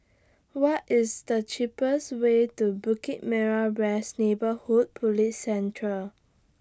What IS The cheapest Way to Bukit Merah West Neighbourhood Police Centre